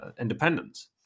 independence